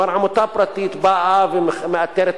כלומר, עמותה פרטית באה ומאתרת,